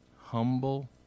Humble